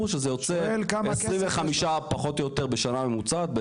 שזה יוצא 25 פחות או יותר בשנה ממוצעת,